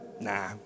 Nah